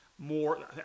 More